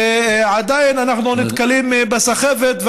עדיין אנחנו נתקלים בסחבת.